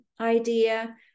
idea